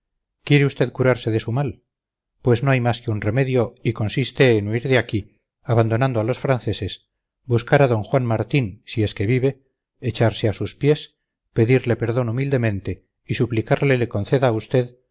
quiere usted curarse de su mal pues no hay más que un remedio y consiste en huir de aquí abandonando a los franceses buscar a d juan martín si es que vive echarse a sus pies pedirle perdón humildemente y suplicarle le conceda a usted